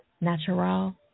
Natural